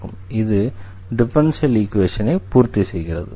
இது டிஃபரன்ஷியல் ஈக்வேஷனை பூர்த்தி செய்கிறது